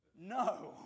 no